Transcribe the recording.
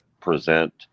present